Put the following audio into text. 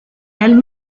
elle